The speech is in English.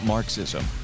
Marxism